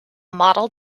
model